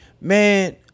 man